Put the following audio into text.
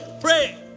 pray